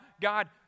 God